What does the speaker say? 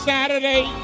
Saturday